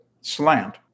slant